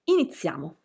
Iniziamo